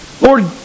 Lord